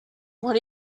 what